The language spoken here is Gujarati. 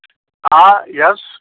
હા યસ